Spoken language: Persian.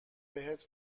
بهت